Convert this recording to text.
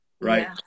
right